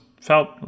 felt